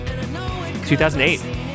2008